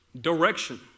direction